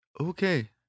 Okay